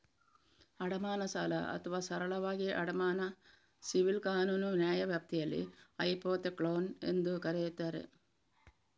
ಅಡಮಾನ ಸಾಲ ಅಥವಾ ಸರಳವಾಗಿ ಅಡಮಾನ ಸಿವಿಲ್ ಕಾನೂನು ನ್ಯಾಯವ್ಯಾಪ್ತಿಯಲ್ಲಿ ಹೈಪೋಥೆಕ್ಲೋನ್ ಎಂದೂ ಕರೆಯುತ್ತಾರೆ